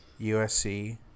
USC